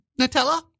Nutella